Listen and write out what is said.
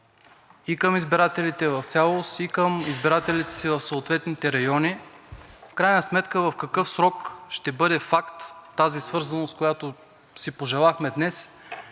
и към избирателите в цялост, и към избирателите си в съответните райони, в крайна сметка в какъв срок ще бъде факт тази свързаност, която си пожелахме днес